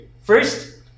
First